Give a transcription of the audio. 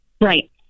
Right